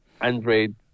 android